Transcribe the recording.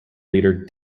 leader